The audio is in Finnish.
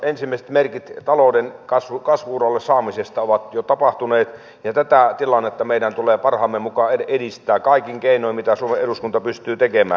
ensimmäiset merkit talouden kasvu uralle saamisesta ovat jo tapahtuneet ja tätä tilannetta meidän tulee parhaamme mukaan edistää kaikin keinoin mitä suomen eduskunta pystyy tekemään